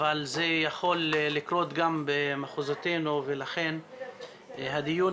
אבל זה יכול לקרות גם במחוזותינו ולכן הדיון